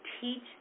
teach